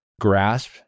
grasp